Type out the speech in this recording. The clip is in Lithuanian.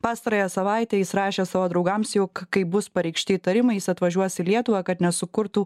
pastarąją savaitę jis rašė savo draugams jog kai bus pareikšti įtarimai jis atvažiuos į lietuvą kad nesukurtų